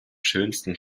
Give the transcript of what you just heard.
schönsten